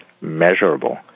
measurable